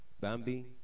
Bambi